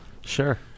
Sure